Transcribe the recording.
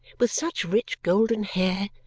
with such rich golden hair,